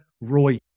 Roy